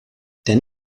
der